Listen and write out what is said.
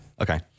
Okay